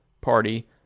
party